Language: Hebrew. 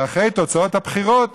ואחרי תוצאות הבחירות,